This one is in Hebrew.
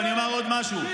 אני אומד עוד משהו.